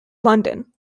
london